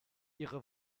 ihre